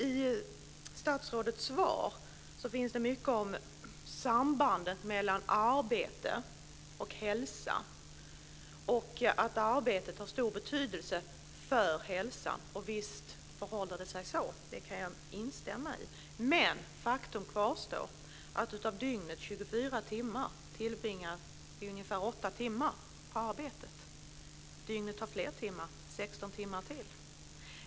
I statsrådets svar sägs mycket om sambandet mellan arbete och hälsa och att arbetet har stor betydelse för hälsan. Visst förhåller det sig så - det kan jag instämma i. Men faktum kvarstår att av dygnets 24 timmar tillbringar vi ungefär 8 timmar på arbetet, och dygnet har 16 timmar till.